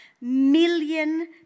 million